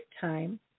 time